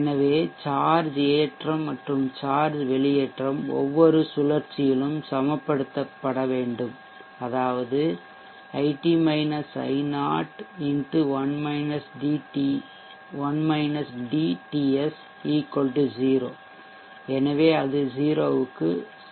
எனவே சார்ஜ் ஏற்றம் மற்றும் சார்ஜ்வெளியேற்றம் ஒவ்வொரு சுழற்சியிலும் சமப்படுத்தப்பட வேண்டும் அதாவது IT - I0 X TS 0 எனவே அது 0 க்கு சமம்